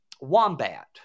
Wombat